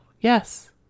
yes